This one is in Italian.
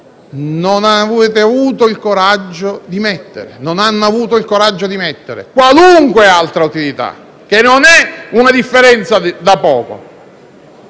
non hanno avuto il coraggio di mettere: «qualunque» altra utilità, che non è una differenza da poco.